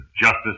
justice